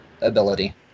ability